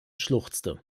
schluchzte